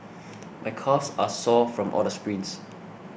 my calves are sore from all the sprints